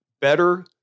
better